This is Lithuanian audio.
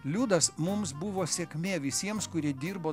liudas mums buvo sėkmė visiems kurie dirbo